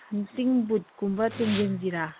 hunting ꯕꯨꯠꯀꯨꯝꯕ ꯇꯣꯡꯖꯟꯁꯤꯔ